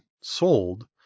sold